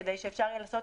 כדי שאפשר יהיה לעשות